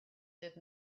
did